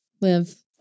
live